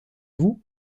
vous